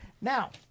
now